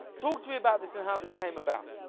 talk to me about this and how this came about.